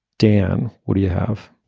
dan, what do you have?